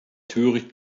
töricht